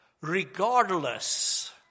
regardless